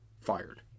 fired